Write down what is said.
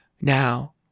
Now